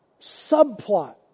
subplot